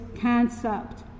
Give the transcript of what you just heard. concept